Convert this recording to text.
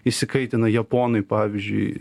įsikaitina japonai pavyzdžiui